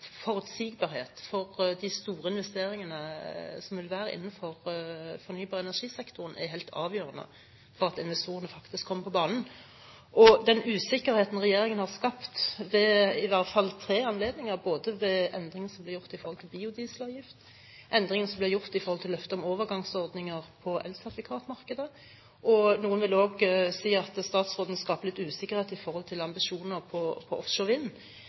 store investeringene som vil være innenfor fornybar-energi-sektoren, er helt avgjørende for at investorene faktisk kommer på banen. Og den usikkerheten regjeringen selv har skapt ved i hvert fall tre anledninger – ved endringen som ble gjort i forhold til biodieselavgift, endringen som ble gjort i forhold til løftet om overgangsordninger på elsertifikatmarkedet, og noen vil også si at statsråden skaper litt usikkerhet rundt ambisjoner på offshore vind – gjør at en gjerne blir ekstra sårbar i forhold til